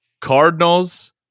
Cardinals